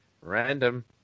Random